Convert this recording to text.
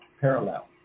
parallel